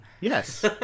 Yes